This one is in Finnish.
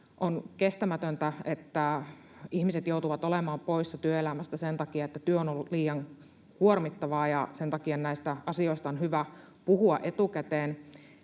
On kestämätöntä, että ihmiset joutuvat olemaan poissa työelämästä sen takia, että työ on ollut liian kuormittavaa, ja sen takia näistä asioista on hyvä puhua etukäteen